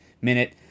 minute